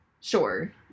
Sure